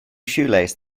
shoelace